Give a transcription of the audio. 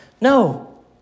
No